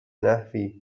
نحوی